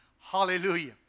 Hallelujah